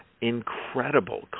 incredible